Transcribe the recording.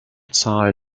zahl